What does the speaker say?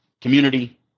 community